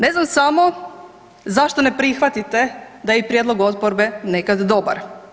Ne znam samo zašto ne prihvatite da je i prijedlog oporbe nekad dobar.